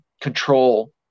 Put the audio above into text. control